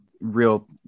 real